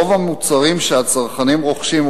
רוב המוצרים שהצרכנים רוכשים,